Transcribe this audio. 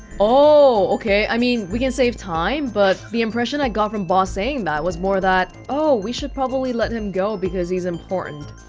okay, i mean, we can save time, but the impression i got from boss saying that was more that, oh, we should probably let him go because he's important